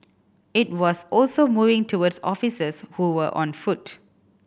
it was also moving towards officers who were on foot